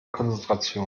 konzentration